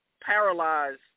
paralyzed